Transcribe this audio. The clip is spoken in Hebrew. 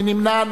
מי נמנע?